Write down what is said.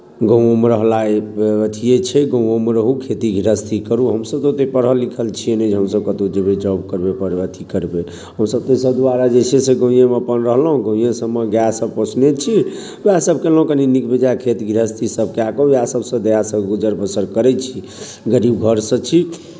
गामोमे रहला अथिए छै गामोमे रहू खेती गृहस्थी करू हमसभ तऽ ओतेक पढ़ल लिखल छिये नहि जे हमसभ कतहु जेबै जॉब करबै पढ़ अथी करबै हमसभ ताहिसभ दुआरे जे छै से गामेमे अपन रहलहुँ गामे सभमे गाय सभ पोसने छी उएहसभ केलहुँ कनि नीक बेजाए खेती गृहस्थी सभ कए कऽ उएह सभसँ गुजर बसर करै छी गरीब घरसँ छी